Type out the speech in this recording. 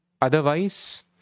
otherwise